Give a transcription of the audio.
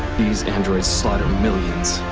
these androids slaughter millions.